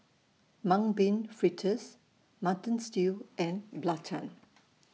Mung Bean Fritters Mutton Stew and Belacan